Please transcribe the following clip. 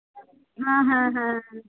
হ্যাঁ হ্যাঁ হ্যাঁ